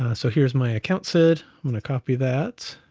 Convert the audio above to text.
ah so here's my account sid, i'm gonna copy that,